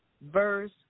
verse